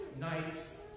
night's